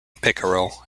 pickerel